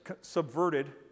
subverted